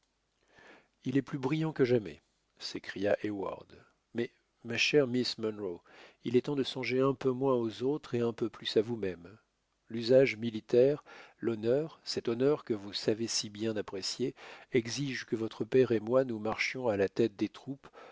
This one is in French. il est plus brillant que jamais s'écria heyward mais ma chère miss munro il est temps de songer un peu moins aux autres et un peu plus à vous-même l'usage militaire l'honneur cet honneur que vous savez si bien apprécier exige que votre père et moi nous marchions à la tête des troupes